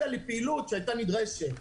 אלא לפעילות שהייתה נדרשת.